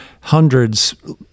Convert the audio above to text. hundreds